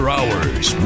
Hours